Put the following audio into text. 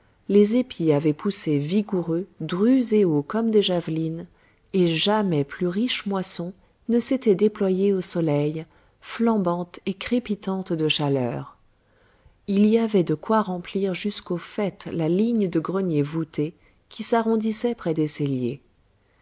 les épis avaient poussé vigoureux drus et hauts comme des javelines et jamais plus riche moisson ne s'était déployée au soleil flambante et crépitante de chaleur il y avait de quoi remplir jusqu'au faîte la ligne de greniers voûtés qui s'arrondissaient près des celliers